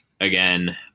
again